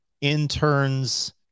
interns